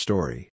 Story